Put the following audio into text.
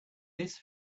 this